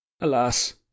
Alas